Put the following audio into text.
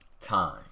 Time